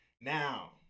Now